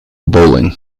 bowling